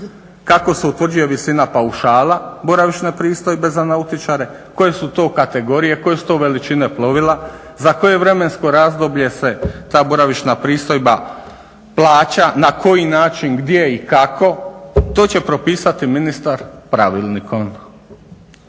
kako se utvrđuje visina paušala boravišne pristojbe za nautičare, koje su to kategorije, koje su to veličine plovila, za koje vremensko razdoblje se ta boravišna pristojba plaća, na koji način, gdje i kako, to će propisati ministar pravilnikom.